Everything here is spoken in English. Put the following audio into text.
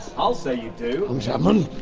i'll say you do! um chapman!